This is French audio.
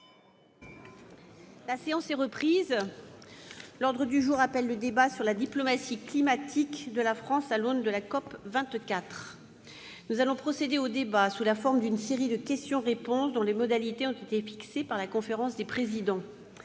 La séance est reprise. L'ordre du jour appelle le débat sur la diplomatie climatique de la France à l'aune de la COP24, organisé à la demande du groupe Les Républicains. Nous allons procéder au débat sous la forme d'une série de questions-réponses dont les modalités ont été fixées par la conférence des présidents.